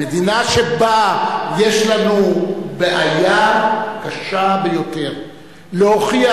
במדינה שבה יש לנו בעיה קשה ביותר להוכיח,